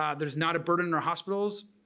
um there's not a burden in our hospitals,